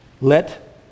Let